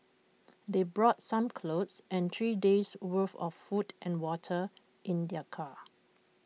they brought some clothes and three days' worth of food and water in their car